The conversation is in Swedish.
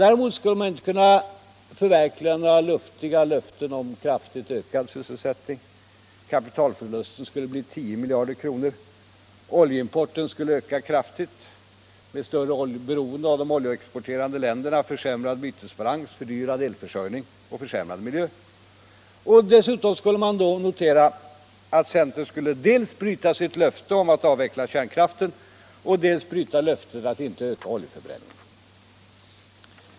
Däremot skulle man inte kunna förverkliga några luftiga löften om kraftigt ökad sysselsättning. Kapitalförlusten skulle bli 10 miljarder kronor, oljeimporten skulle öka kraftigt från de oljeprodu cerande länderna, vi skulle få en försämrad bytesbalans, fördyrad elförsörjning och försämrad miljö. Vi skulle då dessutom kunna notera att centern dels skulle bryta sitt löfte om att avveckla kärnkraften, dels sitt löfte om att inte öka oljeförbränningen.